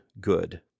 good